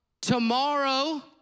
Tomorrow